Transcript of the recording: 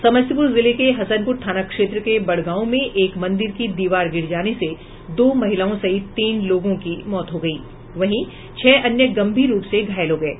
समस्तीपुर जिले के हसनपुर थाना क्षेत्र के बड़गांव में एक मंदिर की दीवार गिर जाने से दो महिलाओं सहित तीन लोगों की मौत हो गयी वहीं छह अन्य गंभीर रूप से घायल हो गये